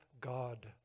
God